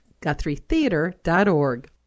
GuthrieTheater.org